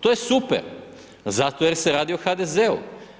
To je super, zato jer se radi o HDZ-u.